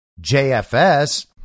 JFS